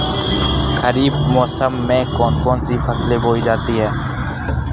खरीफ मौसम में कौन कौन सी फसलें बोई जाती हैं?